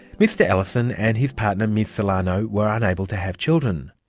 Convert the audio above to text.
mr ellison and his partner ms solano were unable to have children,